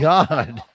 God